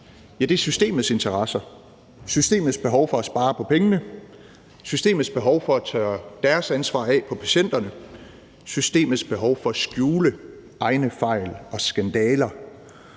er systemets interesser, systemets behov for at spare på pengene, systemets behov for at tørre deres ansvar af på patienterne, systemets behov for at skjule egne fejl og skandaler.